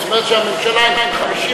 זאת אומרת שהממשלה עם 55,